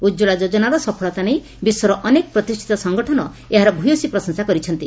ଉଜ୍ୱଳା ଯୋଜନାର ସଫଳତା ନେଇ ବିଶ୍ୱର ଅନେକ ପ୍ରତିଷ୍ଷିତ ସଂଗଠନ ଏହାର ଭ୍ୟସୀ ପ୍ରଶଂସା କରିଛନ୍ତି